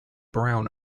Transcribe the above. brown